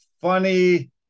funny